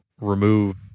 remove